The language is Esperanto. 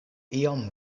iom